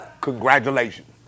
Congratulations